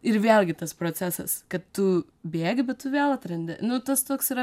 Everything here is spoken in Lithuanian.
ir vėlgi tas procesas kad tu bėgi bet tu vėl atrandi nu tas toks yra